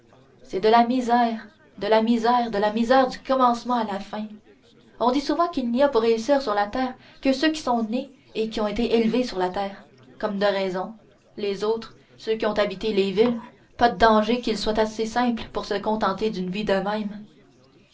c'est de la misère de la misère de la misère du commencement à la fin on dit souvent qu'il n'y a pour réussir sur la terre que ceux qui sont nés et qui ont été élevés sur la terre comme de raison les autres ceux qui ont habité les villes pas de danger qu'ils soient assez simples pour se contenter d'une vie de même